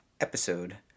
episode